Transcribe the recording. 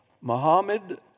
Muhammad